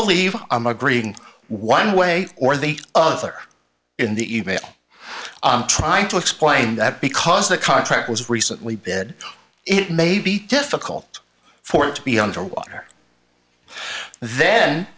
believe i'm agreeing one way or the other in the email trying to explain that because the contract was recently bid it may be difficult for it to be underwater then